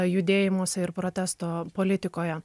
judėjimuose ir protesto politikoje